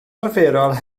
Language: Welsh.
arferol